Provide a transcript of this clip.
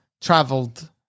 traveled